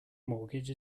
mortgage